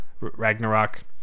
Ragnarok